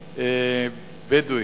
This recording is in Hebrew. ומבדואים.